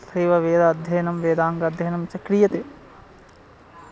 तथैव वेदाध्ययनं वेदाङ्गाध्ययनं च क्रियते